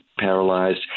paralyzed